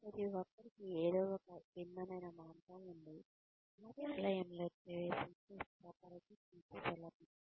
ప్రతిఒక్కరూ కార్యాలయంలోకి ప్రవేశించడం మరియు స్థిరపడటం వంటి సరళమైన మార్గాన్ని కలిగి ఉంటారు